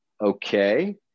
okay